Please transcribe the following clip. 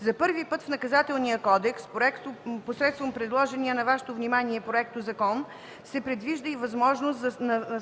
За първи път в Наказателния кодекс, посредством предложения на Вашето внимание Проектозакон, се предвижда и възможност